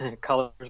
Colors